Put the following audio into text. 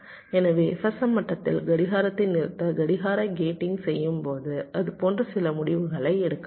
எனவே FSM மட்டத்தில் கடிகாரத்தை நிறுத்த கடிகார கேட்டிங் செய்யும்போது இது போன்ற சில முடிவுகளை எடுக்கலாம்